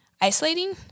isolating